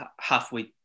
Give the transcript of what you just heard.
halfway